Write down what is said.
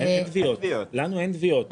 אין תביעות, לנו אין תביעות.